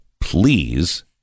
please